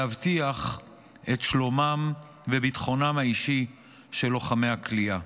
להבטיח את שלומם וביטחונם האישי של לוחמי הכליאה.